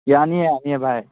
ꯌꯥꯅꯤ ꯌꯥꯅꯤ ꯚꯥꯏ